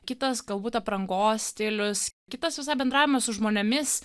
kitas galbūt aprangos stilius kitas visai bendravimas su žmonėmis